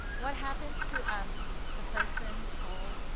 what happens to um the person soul,